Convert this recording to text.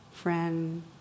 friend